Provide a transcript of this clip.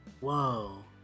whoa